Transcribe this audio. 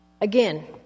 again